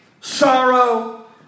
sorrow